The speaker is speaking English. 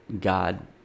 God